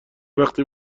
وقتی